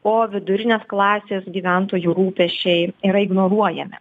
o vidurinės klasės gyventojų rūpesčiai yra ignoruojami